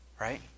right